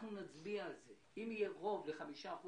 אם יהיה רוב ל-5%,